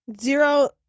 Zero